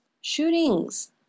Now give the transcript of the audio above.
shootings